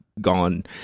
gone